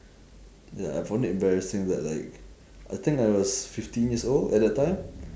ya I found it embarrassing that like I think I was fifteen years old at that time